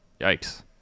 Yikes